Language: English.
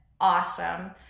awesome